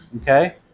Okay